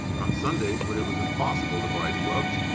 on sundays, when it was impossible to buy clubs,